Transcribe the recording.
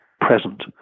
present